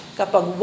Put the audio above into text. kapag